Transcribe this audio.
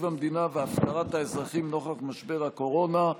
המדינה והפקרת האזרחים נוכח משבר הקורונה.